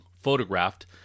photographed